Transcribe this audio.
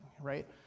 right